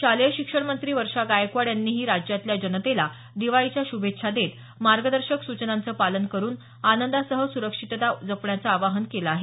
शालेय शिक्षण मंत्री वर्षा गायकवाड यांनीही राज्यातील जनतेला दिवाळीच्या शुभेच्छा देत मागंदर्शक सूचनांचं पालन करून आनंदासह सुरक्षितता जपण्याचं आवाहन केलं आहे